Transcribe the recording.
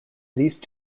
these